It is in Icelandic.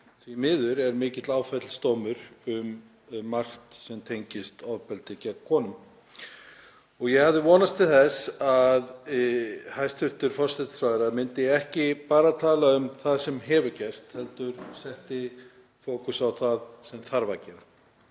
því miður er mikill áfellisdómur um margt sem tengist ofbeldi gegn konum. Ég hafði vonast til þess að hæstv. forsætisráðherra myndi ekki bara tala um það sem hefur gerst heldur setti fókus á það sem þarf að gera,